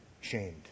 shamed